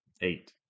eight